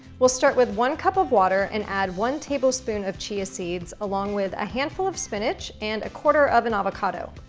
we'll start with one cup of water and add one tablespoon of chia seeds along with a handful of spinach and a quarter of an avocado.